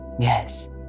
Yes